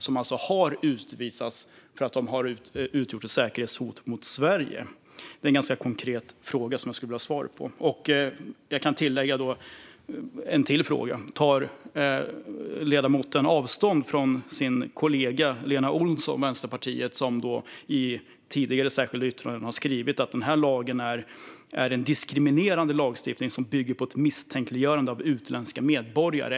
De har utvisats för att de har utgjort ett säkerhetshot mot Sverige. Det är en ganska konkret fråga som jag skulle vilja få svar på. Jag kan lägga till ännu en fråga. Tar ledamoten avstånd från det som kollegan Lena Olsson i Vänsterpartiet har skrivit i tidigare särskilda yttranden om att den här lagen är diskriminerade lagstiftning som bygger på ett misstänkliggörande av utländska medborgare?